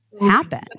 happen